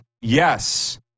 Yes